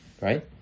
right